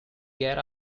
get